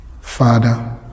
Father